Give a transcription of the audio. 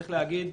צריך להגיד,